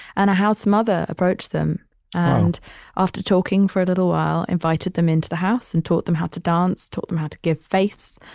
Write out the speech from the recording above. and a house mother approached them and after talking for a little while invited them into the house and taught them how to dance, taught them how to give face.